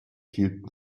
hielten